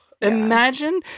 imagine